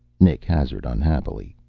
nick hazarded unhappily.